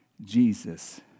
Jesus